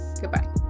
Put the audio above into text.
goodbye